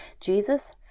Jesus